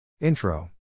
Intro